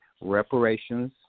reparations